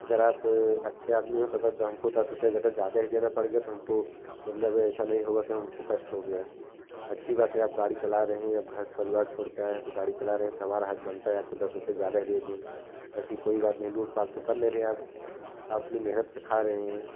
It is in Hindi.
अगर आप अच्छे आदमी हो तो भाई तो हमको दस रुपया जद ज़्यादा ही देना पड़ा गया तो हमको मतलब ऐसा नहीं होगा कि हमको कष्ट हो गया है अच्छी बात है आप गाड़ी चला रहे हैं आप घर परिवार छोड़कर आए हैं तो गाड़ी चला रहें तो हमारा हक बनता है आपको दस रुपया ज़्यादा ही दे दूँ ऐसी कोई बात नहीं लूट पाट तो कर नहीं रहे आप आप भी मेहनत का खा रहे हैं